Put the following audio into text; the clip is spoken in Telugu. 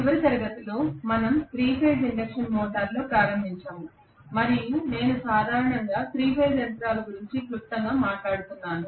చివరి తరగతిలో మనం 3 ఫేజ్ ఇండక్షన్ మోటారులో ప్రారంభించాము మరియు నేను సాధారణంగా 3 ఫేజ్ యంత్రాల గురించి క్లుప్తంగా మాట్లాడుతున్నాను